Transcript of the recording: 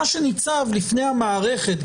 מה שניצב לפני המערכת,